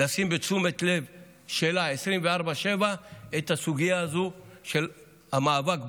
לשים בתשומת לב 24/7 את הסוגיה הזו של המאבק בעוני.